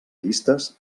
llistes